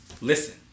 Listen